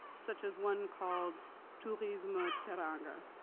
such as one called tourisma teranga.